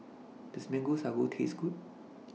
Does Mango Sago Taste Good